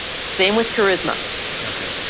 same with charisma okay.